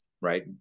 right